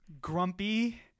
grumpy